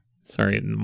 Sorry